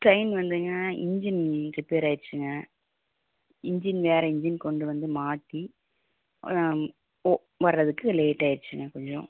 train வந்துங்க engine ரிப்பேராயிடுச்சிங்க engine வேறு இன்ஜின் கொண்டு வந்து மாட்டி ஓ வரதுக்கு லேட் ஆயிடுச்சிங்க கொஞ்சம்